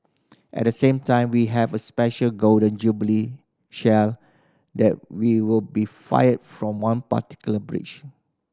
at the same time we have a special Golden Jubilee Shell that will be fired from one particular brige